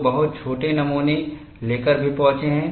लोग बहुत छोटे नमूने लेकर भी पहुंचे हैं